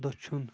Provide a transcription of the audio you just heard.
دٔچُھن